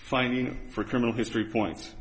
finding for criminal history points